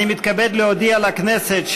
אני מתכבד להודיע לכנסת,